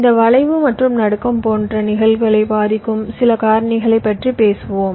இந்த வளைவு மற்றும் நடுக்கம் போன்ற நிகழ்வுகளை பாதிக்கும் சில காரணிகளைப் பற்றி பேசுவோம்